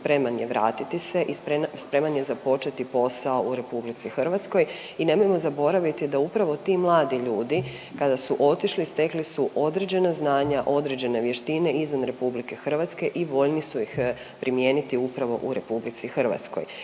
spreman je vratiti se i spreman je započeti posao u RH i nemojmo zaboraviti da upravo ti mladi ljudi kada su otišli stekli su određena znanja, određene vještine izvan RH i voljni su ih primijeniti upravo u RH i to